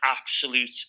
absolute